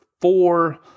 four